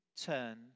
turn